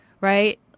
Right